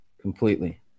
completely